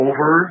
Over